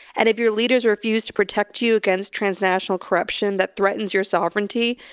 and if your leaders refuse to protect you against transnational corruption that threatens your sovereignty,